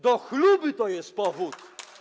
Do chluby to jest powód.